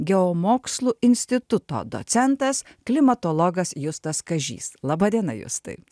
geomokslų instituto docentas klimatologas justas kažys laba diena justai